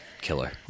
killer